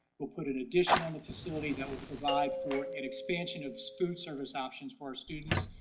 we'll put an addition on the facility that will provide for an expansion of food service options for our students.